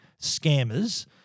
scammers